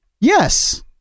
Yes